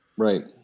Right